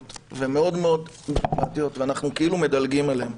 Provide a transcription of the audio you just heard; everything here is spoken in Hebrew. והן מאוד מאוד דרמטיות ואנחנו כאילו מדלגים עליהן.